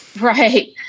Right